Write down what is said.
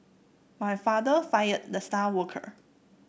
my father fired the star worker